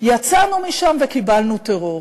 יצאנו משם וקיבלנו טרור.